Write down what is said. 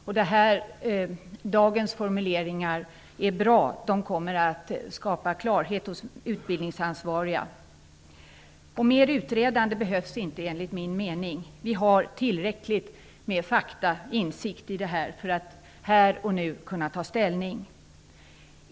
Därför är dagens formuleringar bra. De kommer att skapa klarhet hos utbildningsansvariga. Enligt min mening behövs det inte mer utredande. Vi har tillräckligt med fakta och insikter för att här och nu kunna ta ställning.